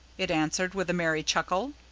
it answered with a merry chuckle.